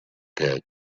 pits